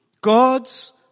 God's